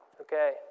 Okay